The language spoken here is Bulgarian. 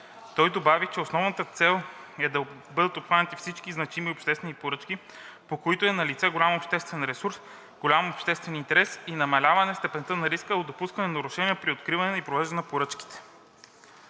Той добави, че основната цел е да бъдат обхванати всички значими обществени поръчки, по които е налице голям обществен ресурс, голям обществен интерес и намаляване степента на риска от допускане на нарушения при откриването и провеждането на поръчките.